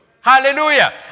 Hallelujah